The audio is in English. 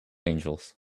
angels